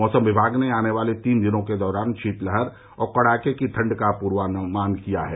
मौसम विभाग ने आने वाले तीन दिनों के दौरान शीतलहर और कड़ाके की ठण्ड का पूर्वानुमान किया है